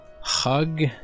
hug